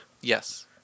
Yes